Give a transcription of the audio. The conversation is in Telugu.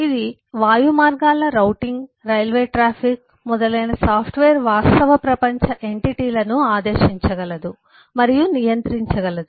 ఇది వాయుమార్గాల రౌటింగ్ రైల్వే ట్రాఫిక్ మొదలైన సాఫ్ట్వేర్ వాస్తవ ప్రపంచ ఎంటిటీలను ఆదేశించగలదు మరియు నియంత్రించగలదు